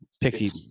pixie